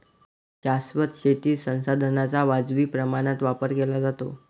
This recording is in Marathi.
शाश्वत शेतीत संसाधनांचा वाजवी प्रमाणात वापर केला जातो